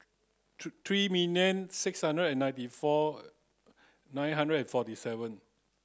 three million six hundred and ninety four nine hundred and forty seven